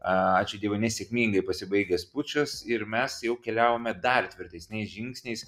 ačiū dievui nesėkmingai pasibaigęs pučas ir mes jau keliavome dar tvirtesniais žingsniais